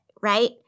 right